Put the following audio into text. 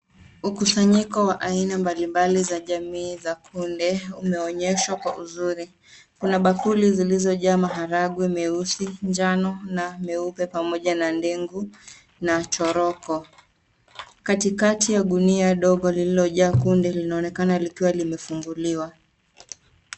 Mkusanyiko wa aina mbali mbali wa jamii za kunde inaonyeshwa kwa uzuri. Kuna bakuli zilizojaa maharagwe meusi, njano na nyeupe pamoja na ndengu na choroko. Katikati ya gunia dogo lililojaa kunde linaonekana likiwa limefunguliwa.